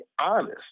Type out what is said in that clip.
honest